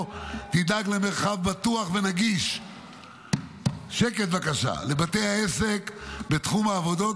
תדאג למרחב בטוח ונגיש לבתי העסק בתחום העבודות,